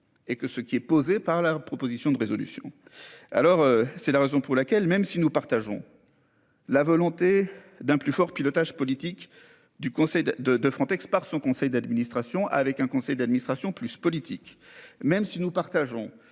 et que ce qui est posée par la proposition de résolution. Alors c'est la raison pour laquelle, même si nous partageons. La volonté d'un plus fort pilotage politique du Conseil de de de Frontex par son conseil d'administration avec un conseil d'administration, plus politique, même si nous partageons